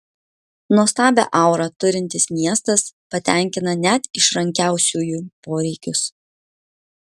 nuostabią aurą turintis miestas patenkina net išrankiausiųjų poreikius